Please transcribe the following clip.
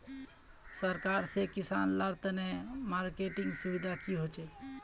सरकार से किसान लार तने मार्केटिंग सुविधा की होचे?